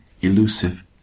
elusive